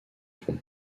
pont